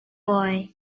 boy